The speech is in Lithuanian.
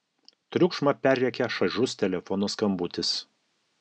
triukšmą perrėkia šaižus telefono skambutis